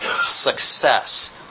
success